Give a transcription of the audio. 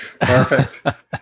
Perfect